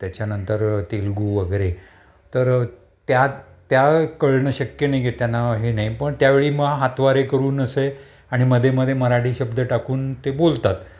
त्याच्यानंतर तेलगू वगैरे तर त्या त्या कळणं शक्य नाही की त्यांना हे नाही पण त्यावेळी म हातवारे करून असे आणि मधेमधे मराठी शब्द टाकून ते बोलतात